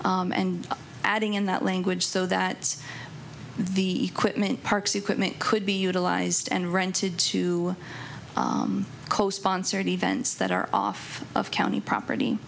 and adding in that language so that the equipment park's equipment could be utilized and rented to co sponsored events that are off of county property